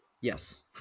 Yes